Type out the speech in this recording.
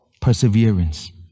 perseverance